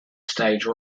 stage